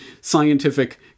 scientific